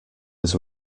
was